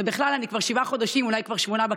ובכלל, כבר שבעה או שמונה חודשים אני בכנסת,